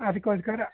ಅದಕ್ಕೋಸ್ಕರ